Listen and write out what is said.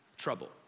trouble